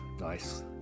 Nice